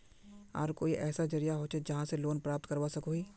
आर कोई ऐसा जरिया होचे जहा से लोन प्राप्त करवा सकोहो ही?